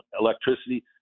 electricity